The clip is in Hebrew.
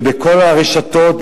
ובכל הרשתות,